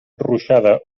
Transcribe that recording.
ruixada